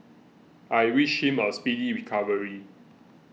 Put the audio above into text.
I wish him a speedy recovery